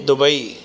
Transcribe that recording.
Dubai